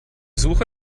suche